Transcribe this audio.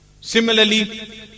Similarly